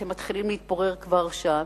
אתם מתחילים להתפורר כבר עכשיו,